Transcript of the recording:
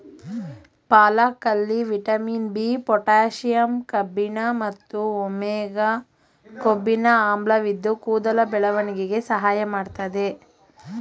ಪಾಲಕಲ್ಲಿ vitamin B, potassium ಕಬ್ಬಿಣ ಮತ್ತು omega ಕೊಬ್ಬಿನ ಆಮ್ಲವಿದ್ದು ಕೂದಲ ಬೆಳವಣಿಗೆಗೆ ಸಹಾಯ ಮಾಡ್ತದೆ